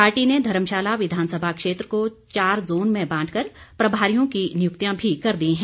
party ने धर्मशाला विधानसभा क्षेत्र को चार जोन में बांट कर प्रभारियों की नियुक्तियां भी कर दी हैं